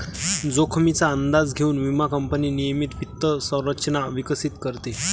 जोखमीचा अंदाज घेऊन विमा कंपनी नियमित वित्त संरचना विकसित करते